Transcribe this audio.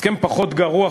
הסכם פחות גרוע,